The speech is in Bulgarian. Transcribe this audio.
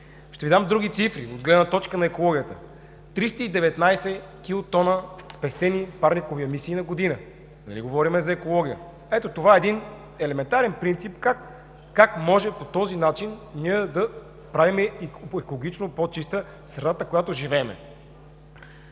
Ще Ви дам други цифри от гледна точка на екологията: 319 килотона спестени парникови емисии на година. Нали говорим за екология? Ето, това е елементарен принцип как може по този начин да правим екологично по-чиста страната, в която живеем.